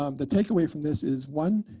um the takeaway from this is, one,